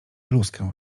bluzkę